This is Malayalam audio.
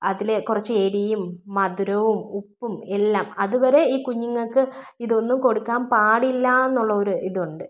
അതിൽ കുറച്ച് എരിവും മധുരവും ഉപ്പും എല്ലാം അതുവരെ ഈ കുഞ്ഞുങ്ങൾക്ക് ഇതൊന്നും കൊടുക്കാൻ പാടില്ലാന്നുള്ള ഒരു ഇതൊണ്ട്